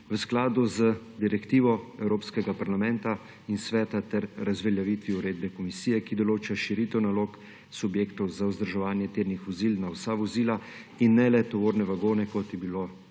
v skladu z direktivo Evropskega parlamenta in Sveta ter razveljavitvi uredbe komisije, ki določa širitev nalog subjektov za vzdrževanje tirnih vozil na vsa vozila in ne le tovorne vagone, kot je bilo